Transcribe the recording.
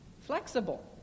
flexible